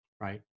right